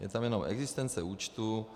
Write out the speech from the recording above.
Je tam jenom existence účtu.